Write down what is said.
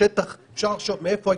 סער.